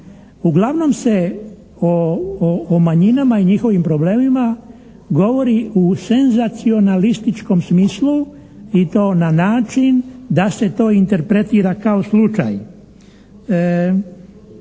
Uglavnom se o manjinama i njihovim problemima govori u senzacionalističkom smislu i to na način da se to interpretira kao slučaj,